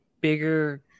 bigger